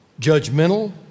judgmental